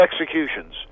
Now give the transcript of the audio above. executions